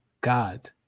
God